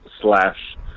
slash